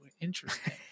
interesting